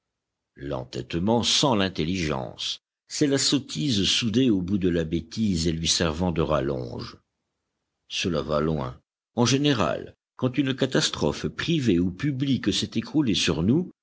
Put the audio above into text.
l'entêtement sans l'intelligence c'est la sottise soudée au bout de la bêtise et lui servant de rallonge cela va loin en général quand une catastrophe privée ou publique s'est écroulée sur nous